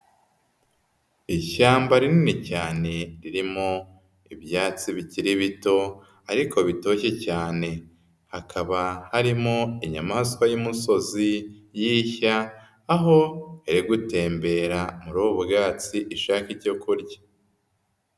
Ishyamba rinini cyane ririmo ibyatsi bikiri bito ariko bitoshye cyane, hakaba harimo inyamaswa y'umusozi y'ishya aho iri gutembera muri ubu bwatsi ishakake icyo kurya.